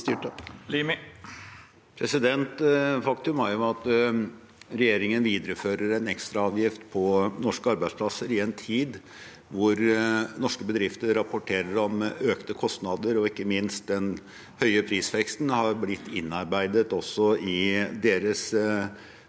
Faktum er at regjeringen viderefører en ekstraavgift på norske arbeidsplasser i en tid hvor norske bedrifter rapporterer om økte kostnader. Ikke minst har den høye prisveksten blitt innarbeidet også i deres priser